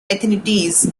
ethnicities